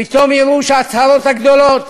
פתאום יראו שההצהרות הגדולות